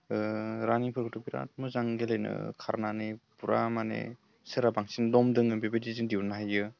रानिंफोरखौथ' बिराद मोजां गेलेनो खारनानै फुरा माने सोरहा बांसिन दम दङ बेबायदि जों दिहुननो हायो